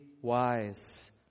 wise